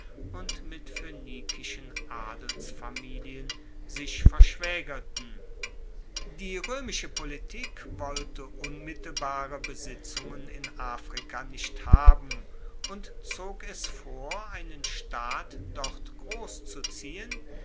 und mit phoenikischen adelsfamilien sich verschwaegerten die roemische politik wollte unmittelbare besitzungen in afrika nicht haben und zog es vor einen staat dort grosszuziehen